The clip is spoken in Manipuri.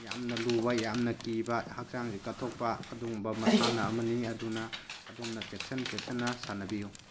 ꯌꯥꯝꯅ ꯂꯨꯕ ꯌꯥꯝꯅ ꯀꯤꯕ ꯍꯛꯆꯥꯡꯁꯦ ꯀꯠꯊꯣꯛꯄ ꯑꯗꯨꯒꯨꯝꯕ ꯃꯁꯥꯟꯅ ꯑꯃꯅꯤ ꯑꯗꯨꯅ ꯑꯗꯣꯝꯅ ꯆꯦꯛꯁꯤꯟ ꯆꯦꯛꯁꯤꯟꯅ ꯁꯥꯟꯅꯕꯤꯌꯨ